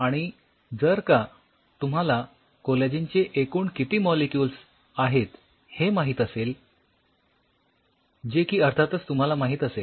आणि जर का तुम्हाला कोलॅजिनचे एकूण किती मॉलिक्युल्स आहेत हे माहित असेल जे की अर्थातच तुम्हाला माहित असेल